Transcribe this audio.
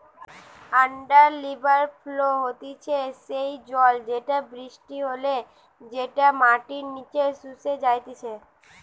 under river flow হতিছে সেই জল যেটা বৃষ্টি হলে যেটা মাটির নিচে শুষে যাইতিছে